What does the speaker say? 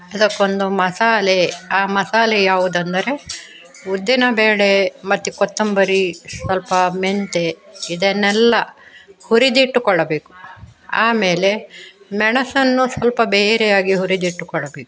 ಅದಕ್ಕೊಂದು ಮಸಾಲೆ ಆ ಮಸಾಲೆ ಯಾವುದೆಂದರೆ ಉದ್ದಿನಬೇಳೆ ಮತ್ತೆ ಕೊತ್ತಂಬರಿ ಸ್ವಲ್ಪ ಮೆಂತ್ಯ ಇದನ್ನೆಲ್ಲ ಹುರಿದಿಟ್ಟುಕೊಳ್ಳಬೇಕು ಆಮೇಲೆ ಮೆಣಸನ್ನು ಸ್ವಲ್ಪ ಬೇರೆಯಾಗಿ ಹುರಿದಿಟ್ಟುಕೊಳ್ಳಬೇಕು